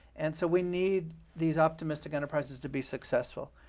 and so we need these optimistic enterprises to be successful.